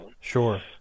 Sure